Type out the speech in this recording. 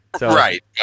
Right